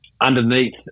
underneath